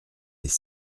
des